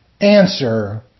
Answer